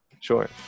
Sure